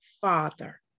father